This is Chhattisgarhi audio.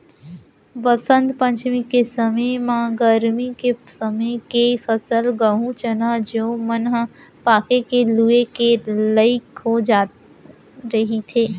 बसंत पंचमी के समे म गरमी के समे के फसल गहूँ, चना, जौ मन ह पाके के लूए के लइक हो जाए रहिथे